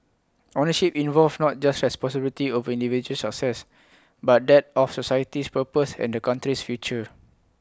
ownership involved not just responsibility over individual success but that of society's purpose and the country's future